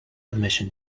admission